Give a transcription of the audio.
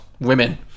women